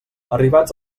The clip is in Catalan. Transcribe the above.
arribats